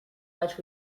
much